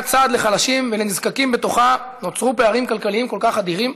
סעד לחלשים ולנזקקים בתוכה נוצרו פערים כלכליים כל כך אדירים?